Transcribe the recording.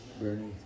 Bernie